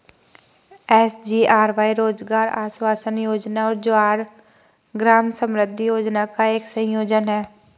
SGRY रोजगार आश्वासन योजना और जवाहर ग्राम समृद्धि योजना का एक संयोजन है